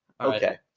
Okay